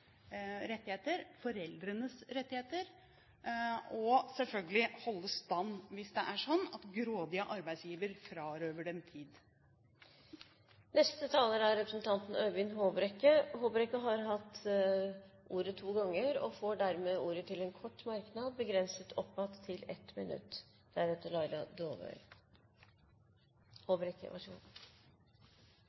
rettigheter og foreldrenes rettigheter og selvfølgelig holde stand hvis det er sånn at grådige arbeidsgivere frarøver dem tid. Øyvind Håbrekke har hatt ordet to ganger og får ordet til en kort merknad, begrenset til 1 minutt.